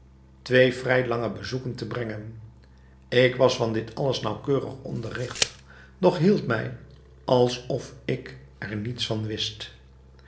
twee vrij lange bezoeken te brengen ik was van dit alles naauwkeurig onderrigt doch hield mij als of ik er niets van wist